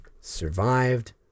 survived